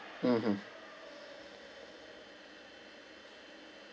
mmhmm